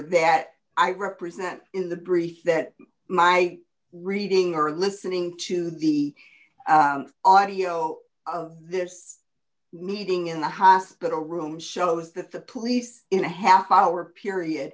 that i represent in the brief that my reading or listening to the audio of this meeting in the hospital room shows that the police in a half hour period